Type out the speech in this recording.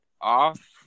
off